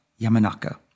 Yamanaka